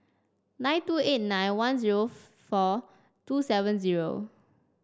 nine two eight nine one zero four two seven zero